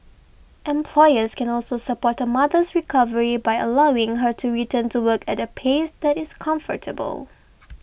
employers can also support a mother's recovery by allowing her to return to work at a pace that is comfortable